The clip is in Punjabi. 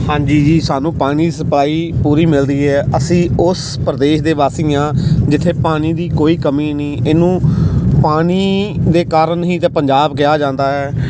ਹਾਂਜੀ ਜੀ ਸਾਨੂੰ ਪਾਣੀ ਸਪਲਾਈ ਪੂਰੀ ਮਿਲਦੀ ਹੈ ਅਸੀਂ ਉਸ ਪ੍ਰਦੇਸ਼ ਦੇ ਵਾਸੀ ਹਾਂ ਜਿੱਥੇ ਪਾਣੀ ਦੀ ਕੋਈ ਕਮੀ ਨਹੀਂ ਇਹਨੂੰ ਪਾਣੀ ਦੇ ਕਾਰਨ ਹੀ ਤਾਂ ਪੰਜਾਬ ਕਿਹਾ ਜਾਂਦਾ ਹੈ